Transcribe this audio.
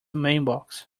mailbox